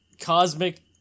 cosmic